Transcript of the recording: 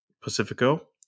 Pacifico